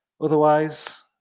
otherwise